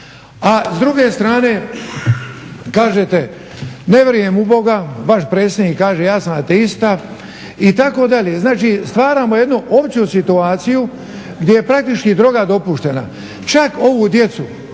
A s druge strane kažete ne vjerujem u Boga, vaš predsjednik kaže ja sam ateista itd. Znači, stvaramo jednu opću situaciju gdje je praktički droga dopuštena. Čak ovu djecu,